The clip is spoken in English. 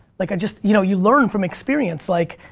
like, i just, you know, you learn from experience, like,